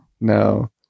No